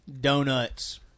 Donuts